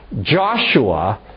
Joshua